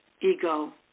ego